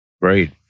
Great